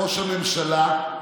ראש הממשלה,